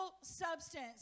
substance